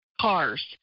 cars